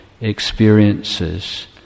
experiences